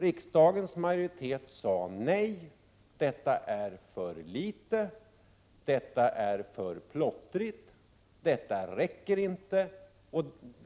Riksdagens majoritet sade nej, på grund av att det var för litet, för plottrigt och inte tillräckligt.